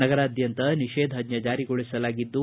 ನಗರಾದ್ಯಂತ ನಿಷೇಧಾಜ್ಞೆ ಜಾರಿಗೊಳಿಸಲಾಗಿದ್ದು